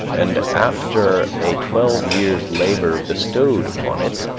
and after a twelve years' labor bestowed upon it,